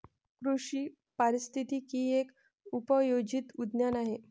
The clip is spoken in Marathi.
कृषी पारिस्थितिकी एक उपयोजित विज्ञान आहे